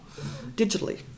digitally